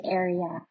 area